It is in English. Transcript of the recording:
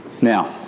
Now